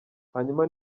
hanyuma